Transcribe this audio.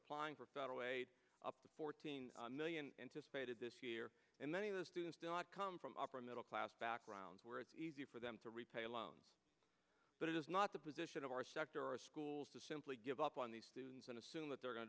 applying for federal aid fourteen million anticipated this year and then those students do not come from upper middle class backgrounds where it's easy for them to repay a loan but it is not the position of our sector or schools to simply give up on these students and assume that they're going